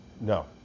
No